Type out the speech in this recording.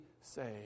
saved